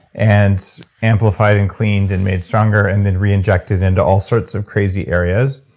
and amplified, and cleaned, and made stronger, and then re-injected into all sorts of crazy areas.